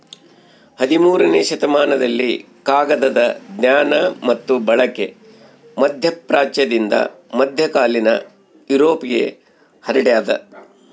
ಹದಿಮೂರನೇ ಶತಮಾನದಲ್ಲಿ ಕಾಗದದ ಜ್ಞಾನ ಮತ್ತು ಬಳಕೆ ಮಧ್ಯಪ್ರಾಚ್ಯದಿಂದ ಮಧ್ಯಕಾಲೀನ ಯುರೋಪ್ಗೆ ಹರಡ್ಯಾದ